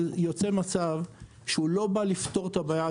יוצא מצב שהוא לא בא לפתור את הבעיה,